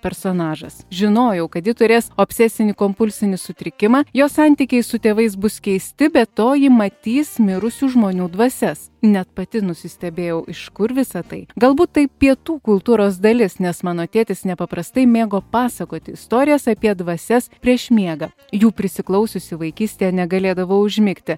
personažas žinojau kad ji turės obsesinį kompulsinį sutrikimą jos santykiai su tėvais bus keisti be to ji matys mirusių žmonių dvasias ji net pati nusistebėjau iš kur visa tai galbūt tai pietų kultūros dalis nes mano tėtis nepaprastai mėgo pasakoti istorijas apie dvasias prieš miegą jų prisiklausiusi vaikystėje negalėdavau užmigti